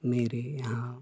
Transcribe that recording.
मेरे यहाँ